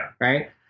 Right